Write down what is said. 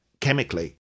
chemically